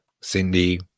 Cindy